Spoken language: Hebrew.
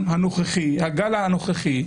שהגל הנוכחי